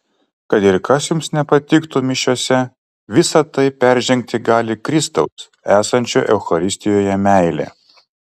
kad ir kas jums nepatiktų mišiose visa tai peržengti gali kristaus esančio eucharistijoje meilė